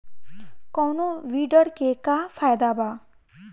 कौनो वीडर के का फायदा बा?